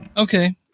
Okay